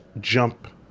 jump